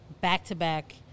back-to-back